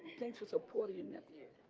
thanks for supporting your nephew